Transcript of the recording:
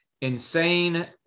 insane